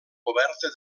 coberta